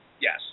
Yes